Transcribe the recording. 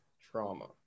trauma